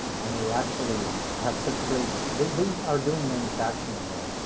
and they actually have such great they they are doing manufacturing there.